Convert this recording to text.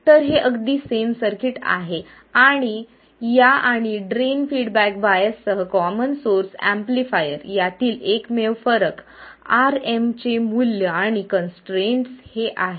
तर हे अगदी सेम सर्किट आहे या आणि ड्रेन फीडबॅक बायससह कॉमन सोर्स एम्पलीफायर यातील एकमेव फरक Rmचे मूल्य आणि कंसट्रेन्ट्स हे आहे